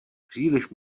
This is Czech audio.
příliš